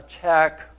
check